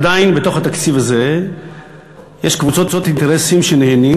עדיין בתוך התקציב הזה יש קבוצות אינטרסים שנהנים